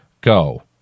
Go